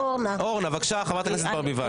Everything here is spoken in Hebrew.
בבקשה, חברת הכנסת ברביבאי.